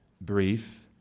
brief